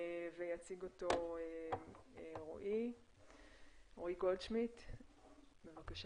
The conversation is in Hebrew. יציג אותו רועי גולדשמידט, בבקשה.